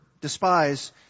despise